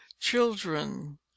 children